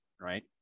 Right